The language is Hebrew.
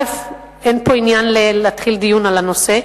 אין פה עניין להתחיל דיון על הנושא,